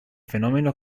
fenómeno